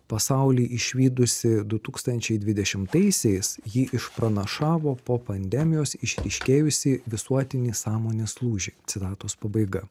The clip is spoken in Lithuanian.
pasaulį išvydusi du tūkstančiai dvidešimtaisiais ji išpranašavo po pandemijos išiškėjusį visuotinį sąmonės lūžį citatos pabaiga